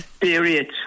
Period